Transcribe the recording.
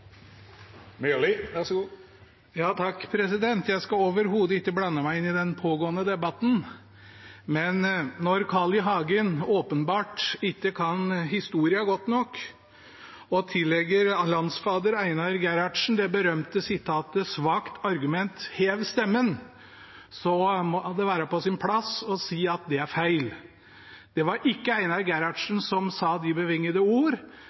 Jeg skal overhodet ikke blande meg inn i den pågående debatten, men når Carl I. Hagen åpenbart ikke kan historien godt nok og tillegger landsfader Einar Gerhardsen det berømte sitatet «Svakt argument: Hev stemmen!», må det være på sin plass å si at det er feil. Det var ikke Einar Gerhardsen som sa de bevingede ord,